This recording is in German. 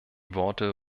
worte